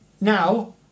Now